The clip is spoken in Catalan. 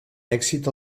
èxit